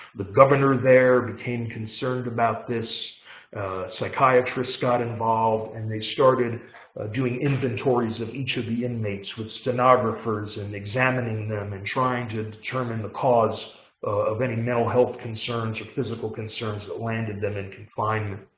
the governor there became concerned about this psychiatrist, got involved, and they started doing inventories of each of the inmates with stenographers, and examining them and trying to determine the cause of any mental health concerns or physical concerns that landed them in confinement.